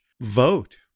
vote